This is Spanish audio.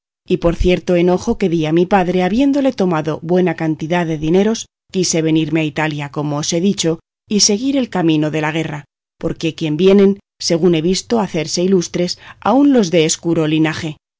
y por cierto enojo que di a mi padre habiéndole tomado buena cantidad de dineros quise venirme a italia como os he dicho y seguir el camino de la guerra por quien vienen según he visto a hacerse ilustres aun los de escuro linaje